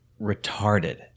retarded